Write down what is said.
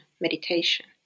meditation